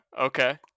Okay